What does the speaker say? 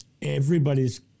Everybody's